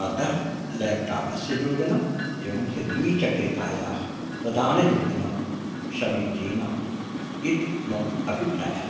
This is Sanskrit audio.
अतः ल्याप्टापस्य योजनम् एवं च द्विचक्रिकायाः प्रदान योजना समीचीना इति मम अभिप्रायः